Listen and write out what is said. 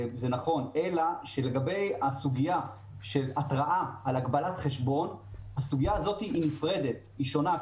אלא שהסוגיה של התראה על הגבלת חשבון זו סוגיה נפרדת ושונה.